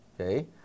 okay